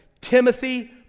Timothy